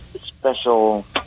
special